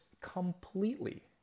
completely